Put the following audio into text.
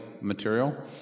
material